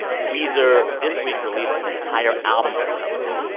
weezer this week released an entire album of covers,